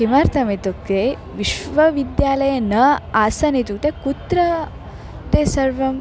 किमर्थम् इत्युक्ते विश्वविद्यालये न आसन् इत्युक्ते कुत्र ते सर्वम्